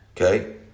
Okay